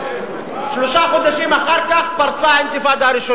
שלושה חודשים אחר כך פרצה האינתיפאדה.